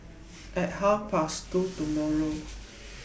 At Half Past two tomorrow